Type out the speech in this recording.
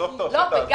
וגם